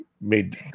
Made